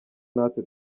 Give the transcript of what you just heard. natwe